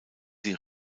sie